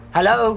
Hello